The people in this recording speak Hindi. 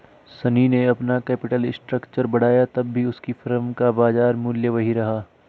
शनी ने अपना कैपिटल स्ट्रक्चर बढ़ाया तब भी उसकी फर्म का बाजार मूल्य वही रहा